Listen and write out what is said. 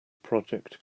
project